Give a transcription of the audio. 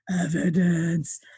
evidence